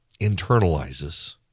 internalizes